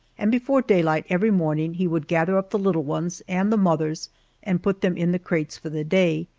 and before daylight every morning he would gather up the little ones and the mothers and put them in the crates for the day.